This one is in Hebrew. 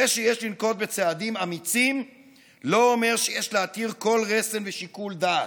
זה שיש לנקוט צעדים אמיצים לא אומר שיש להתיר כל רסן ושיקול דעת.